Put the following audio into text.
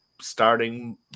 starting